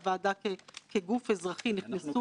אני רוצה לומר ממש משפט אחרון.